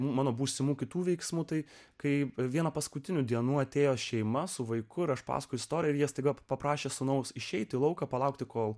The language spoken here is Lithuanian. mano būsimų kitų veiksmų tai kaip vieną paskutinių dienų atėjo šeima su vaiku aš paskui stora ir jie staiga paprašė sūnaus išeiti į lauką palaukti kol